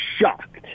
shocked